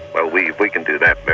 well, we we can do that,